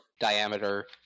diameter